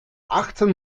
achtzehn